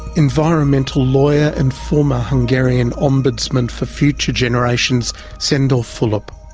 environmental lawyer and former hungarian ombudsman for future generations, sandor fulop.